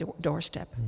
doorstep